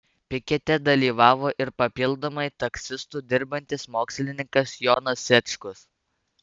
pikete dalyvavo ir papildomai taksistu dirbantis mokslininkas jonas šečkus